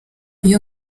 iyo